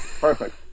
perfect